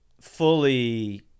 fully